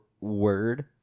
word